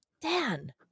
Dan